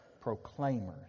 proclaimers